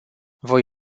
voi